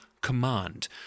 Command